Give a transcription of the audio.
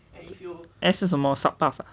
S 是什么 S_U pass ah